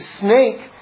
snake